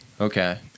Okay